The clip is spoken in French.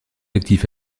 actif